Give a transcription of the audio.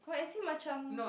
no as in macam